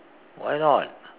why not